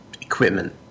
equipment